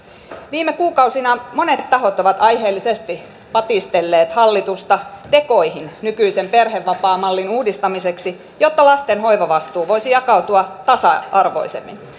viime kuukausina monet tahot ovat aiheellisesti patistelleet hallitusta tekoihin nykyisen perhevapaamallin uudistamiseksi jotta lasten hoivavastuu voisi jakautua tasa arvoisemmin